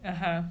(uh huh)